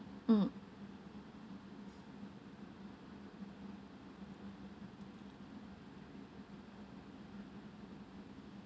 mm